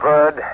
Bird